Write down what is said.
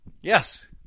Yes